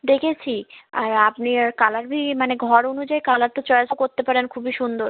দেখেছি আর আপনি কালারভি মানে ঘর অনুযায়ী কালারটা চয়েসও করতে পারেন খুবই সুন্দর